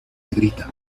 negrita